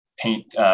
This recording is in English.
paint